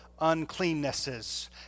uncleannesses